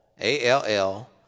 A-L-L